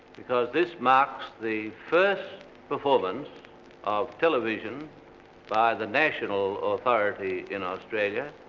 because this marks the first performance of television by the national authority in australia,